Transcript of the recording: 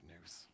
news